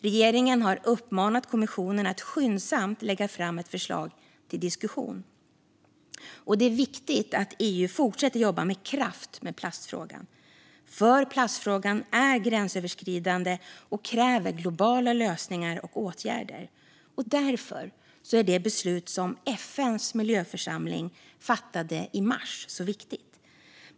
Regeringen har uppmanat kommissionen att skyndsamt lägga fram ett förslag till diskussion. Det är viktigt att EU fortsätter att jobba med kraft med plastfrågan, för plastfrågan är ett gränsöverskridande problem som kräver globala lösningar och åtgärder. Därför är det beslut som FN:s miljöförsamling fattade i mars viktigt.